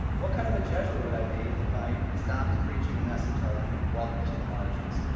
what kind of a jesuit would i be if i stopped preaching a message of welcome to the margins?